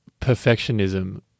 perfectionism